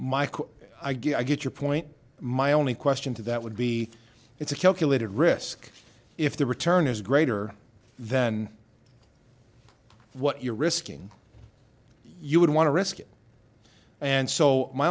get i get your point my only question to that would be it's a calculated risk if the return is greater than what you're risking you would want to risk it and so my